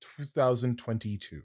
2022